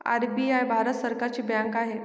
RBI Bharat सरकारची bank आहे